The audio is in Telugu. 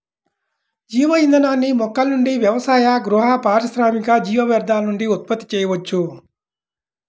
జీవ ఇంధనాన్ని మొక్కల నుండి వ్యవసాయ, గృహ, పారిశ్రామిక జీవ వ్యర్థాల నుండి ఉత్పత్తి చేయవచ్చు